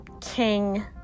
King